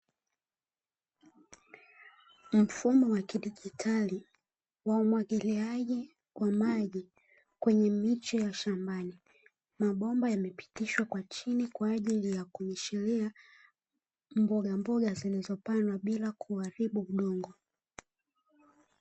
Mfumo wa kidigitali wa umwagiliaji kwa maji kwenye miche ya shambani. Mabomba yamepitishwa kwa chini kwa ajili ya kunyeshea mbogamboga zilizopandwa bila kuharibu udongo.